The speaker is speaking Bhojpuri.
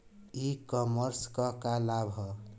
ई कॉमर्स क का लाभ ह?